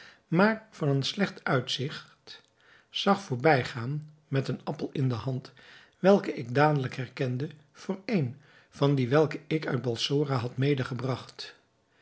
maar van een slecht uitzigt zag voorbijgaan met een appel in de hand welke ik dadelijk herkende voor een van die welke ik uit balsora had